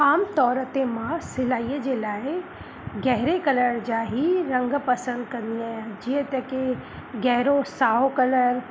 आमतोरि ते मां सिलाईअ जे लाइ गहिरे कलर जा ई रंग पसंदि कंदी आहियां जीअं त कि गहिरो साओ कलर